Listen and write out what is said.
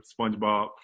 Spongebob